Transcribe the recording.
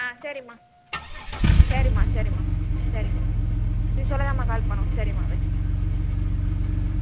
ஆ சரிம்மா சரிம்மா சரிம்மா சரிம்மா இது சொல்ல தாம்மா கால் பண்ணிணோம் சரிம்மா வச்சுட்றோம் ஆ